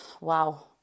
wow